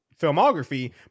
filmography